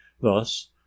thus